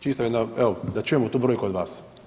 Čisto jedna evo da čujemo tu brojku od vas.